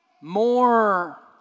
more